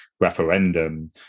referendum